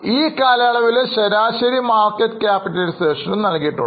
ഈ കാലയളവിലെ ശരാശരി മാർക്കറ്റ് ക്യാപിറ്റലൈസേഷനും നൽകിയിട്ടുണ്ട്